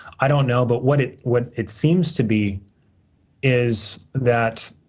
i don't know. but, what it what it seems to be is that